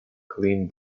clean